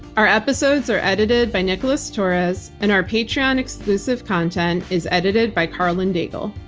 our episodes are edited by nicholas torres and our patreon exclusive content is edited by karlyn daigle.